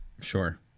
Sure